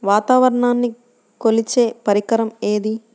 వాతావరణాన్ని కొలిచే పరికరం ఏది?